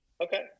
Okay